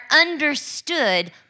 understood